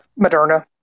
Moderna